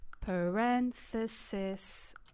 Parenthesis